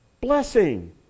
Blessing